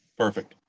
perfect.